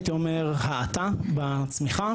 הייתי אומר האטה בצמיחה.